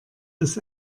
das